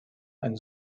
ein